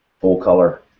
full-color